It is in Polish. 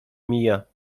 mija